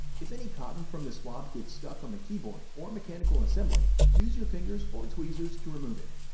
if any cotton from the swab gets stuck on the keyboard or mechanical assembly, use your fingers or tweezers to remove it.